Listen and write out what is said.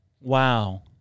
Wow